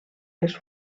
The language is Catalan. les